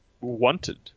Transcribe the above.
wanted